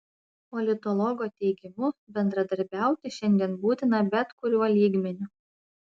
politologo teigimu bendradarbiauti šiandien būtina bet kuriuo lygmeniu